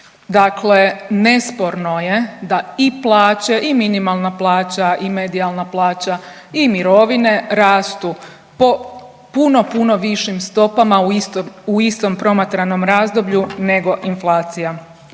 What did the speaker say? Dakle, nesporno je da i plaće i minimalna plaća i medijalna plaća i mirovine rastu po puno, puno višim stopama u istom promatranom razdoblju nego inflacija.